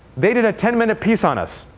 they did a ten minute piece on us,